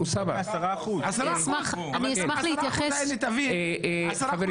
10%. ה-10%